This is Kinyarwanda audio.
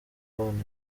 abana